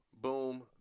boom